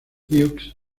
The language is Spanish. hughes